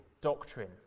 doctrine